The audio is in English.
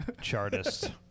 chartist